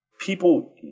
people